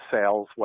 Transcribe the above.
sales